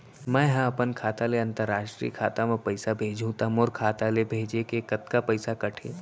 मै ह अपन खाता ले, अंतरराष्ट्रीय खाता मा पइसा भेजहु त मोर खाता ले, भेजे के कतका पइसा कटही?